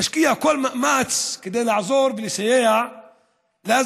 משקיעים כל מאמץ כדי לעזור ולסייע לאזרחים.